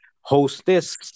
hostess